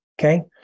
Okay